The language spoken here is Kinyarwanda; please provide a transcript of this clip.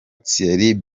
thierry